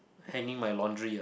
hanging my laundry